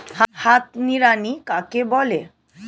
হাত নিড়ানি কাকে বলে?